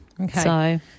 Okay